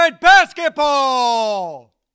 Basketball